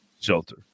shelter